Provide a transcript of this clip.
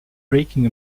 breaking